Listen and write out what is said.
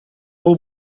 бул